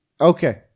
Okay